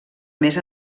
més